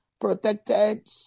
protected